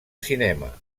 cinema